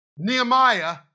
Nehemiah